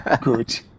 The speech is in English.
Good